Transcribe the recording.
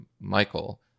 Michael